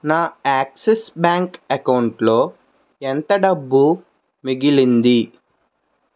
నా Axis bank అకౌంట్లో ఎంత డబ్బు మిగిలింది